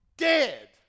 dead